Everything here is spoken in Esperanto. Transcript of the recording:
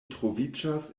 troviĝas